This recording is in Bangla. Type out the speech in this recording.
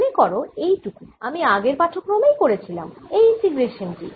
মনে করো এই টুকু আমি আগের পাঠক্রমেই করেছিলাম এই ইন্টিগ্রেশান টি